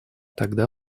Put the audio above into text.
тогда